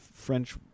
French